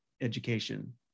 education